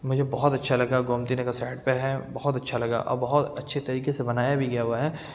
مجھے بہت اچھا لگا گومتی نگر سائڈ پہ ہے بہت اچھا لگا اور بہت اچھے طریقے سے بنایا بھی گیا ہوا ہے